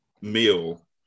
meal